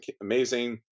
amazing